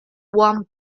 one